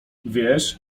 wiesz